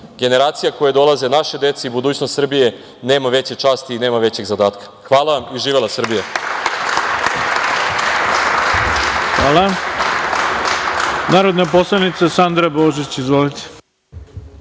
generacija koja dolaze, naše dece i budućnost Srbije nema veće časti i nema većeg zadatka. Hvala vam i živela Srbija. **Ivica Dačić** Zahvaljujem. Narodna poslanica, Sadra Božić. Izvolite.